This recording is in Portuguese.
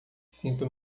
sinto